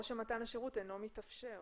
או שמתן השירות אינו מתאפשר.